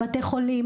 בתי חולים,